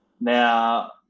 Now